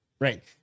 Right